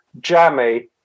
jammy